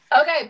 Okay